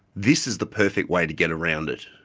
this is the perfect way to get around it.